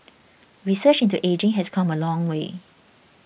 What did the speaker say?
research into ageing has come a long way